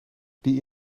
die